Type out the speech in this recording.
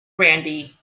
brandy